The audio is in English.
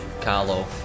Carlo